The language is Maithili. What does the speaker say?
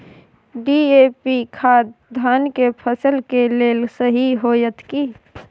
डी.ए.पी खाद धान के फसल के लेल सही होतय की?